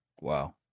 Wow